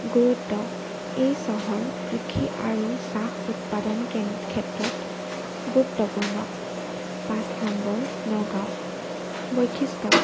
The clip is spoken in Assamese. গুৰুত্ব এই চহৰ কৃষি আৰু চাহ উৎপাদন কেন্দ্ৰ ক্ষেত্ৰত গুৰুত্বপূৰ্ণ পাঁচ নম্বৰ নগাঁও বৈশিষ্ট্য